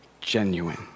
Genuine